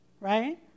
right